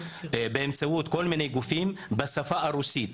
בשפה הרוסית,